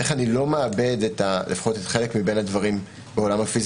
איך אני לא מאבד לפחות חלק מהדברים בעולם הפיזי